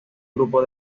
grupo